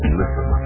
listen